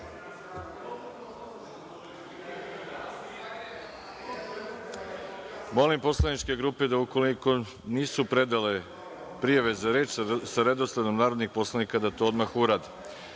poslaničke grupe da u koliko nisu predale prijave za reč, sa redosledom narodnih poslanika, da to odmah